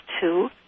two